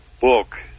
book